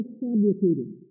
fabricated